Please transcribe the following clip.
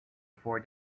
for